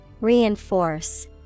Reinforce